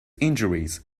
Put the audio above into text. injuries